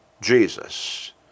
Jesus